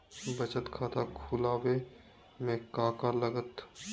बचत खाता खुला बे में का का लागत?